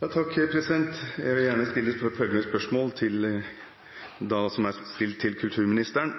Jeg vil gjerne stille følgende spørsmål, som opprinnelig var stilt til kulturministeren: